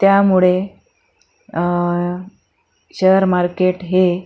त्यामुळे share market हे